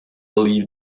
leave